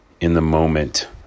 in-the-moment